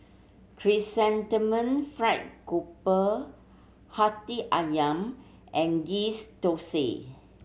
Chrysanthemum Fried Grouper Hati Ayam and ghee's thosai